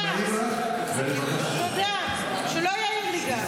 תודה, ושלא יעיר לי גם.